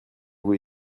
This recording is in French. vous